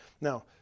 Now